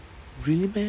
really meh